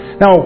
Now